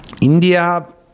India